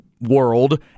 world